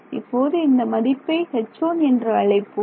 இப்போது இந்த மதிப்பை H1 என்று அழைப்போம்